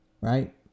Right